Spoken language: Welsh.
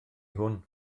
hwn